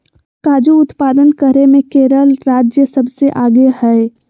काजू उत्पादन करे मे केरल राज्य सबसे आगे हय